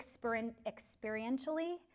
experientially